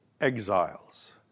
exiles